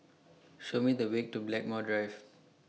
Show Me The Way to Blackmore Drive